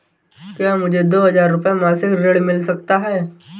क्या मुझे दो हज़ार रुपये मासिक ऋण मिल सकता है?